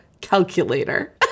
calculator